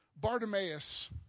Bartimaeus